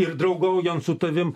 ir draugaujant su tavim